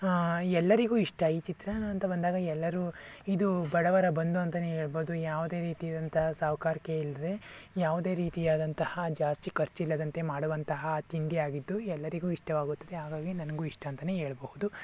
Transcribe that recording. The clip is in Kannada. ಎಲ್ಲರಿಗೂ ಇಷ್ಟ ಈ ಚಿತ್ರಾನ್ನ ಅಂತ ಬಂದಾಗ ಎಲ್ಲರೂ ಇದು ಬಡವರ ಬಂಧು ಅಂತಲೇ ಹೇಳ್ಬೋದು ಯಾವುದೇ ರೀತಿ ಆದಂತಹ ಸಾಹುಕಾರಿಕೆ ಇಲ್ಲದೇ ಯಾವುದೇ ರೀತಿಯಾದಂತಹ ಜಾಸ್ತಿ ಖರ್ಚಿಲ್ಲದಂತೆ ಮಾಡುವಂತಹ ತಿಂಡಿಯಾಗಿದ್ದು ಎಲ್ಲರಿಗೂ ಇಷ್ಟವಾಗುತ್ತದೆ ಹಾಗಾಗಿ ನನಗೂ ಇಷ್ಟ ಅಂತಲೇ ಹೇಳ್ಬೋದು